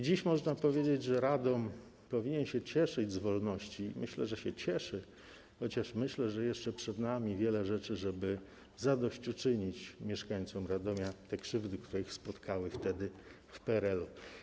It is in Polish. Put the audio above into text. Dziś można powiedzieć, że Radom powinien się cieszyć z wolności, i myślę, że się cieszy, chociaż myślę, że jeszcze przed nami wiele rzeczy, żeby zadośćuczynić mieszkańcom Radomia za te krzywdy, jakie ich spotkały w PRL-u.